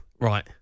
right